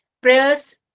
prayers